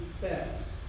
best